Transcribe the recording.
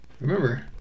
remember